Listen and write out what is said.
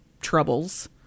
troubles